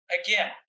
again